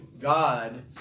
God